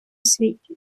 світі